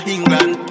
England